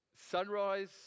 Sunrise